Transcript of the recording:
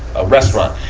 a restaurant.